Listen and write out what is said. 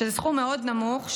שזה סכום מאוד נמוך,